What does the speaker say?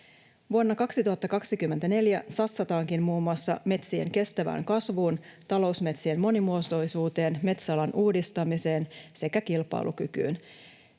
Vuonna 2024 satsataankin muun muassa metsien kestävään kasvuun, talousmetsien monimuotoisuuteen, metsäalan uudistamiseen sekä kilpailukykyyn.